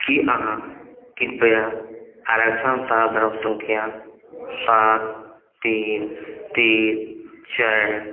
की अहाँ कृपया आरक्षण संख्या सात तीन तीन चारि